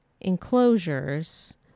enclosures